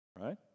right